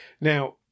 Now